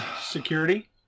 security